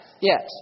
Yes